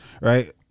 right